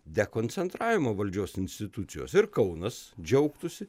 dekoncentravimo valdžios institucijos ir kaunas džiaugtųsi